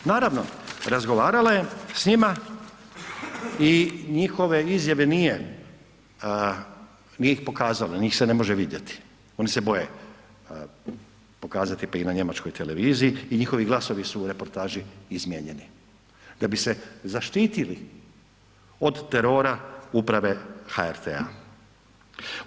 Naravno, razgovarala je s njima i njihove izjave nije ih pokazala, njih se ne može vidjeti, oni se boje pokazati pa i na njemačkoj televiziji i njihovi glasovi su u reportaži izmijenjeni da bi se zaštitili od terora uprave HRT-a.